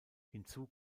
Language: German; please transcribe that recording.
hinzu